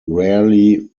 rarely